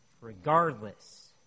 regardless